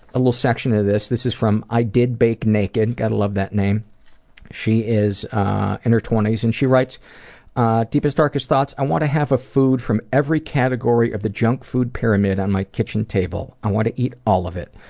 little section of this, this is from i did bake naked, gotta love that name, and she is in her twenty s, and she writes deepest, darkest thoughts? i want to have a food from every category of the junk food pyramid on my kitchen table. i want to eat all of it,